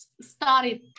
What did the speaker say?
started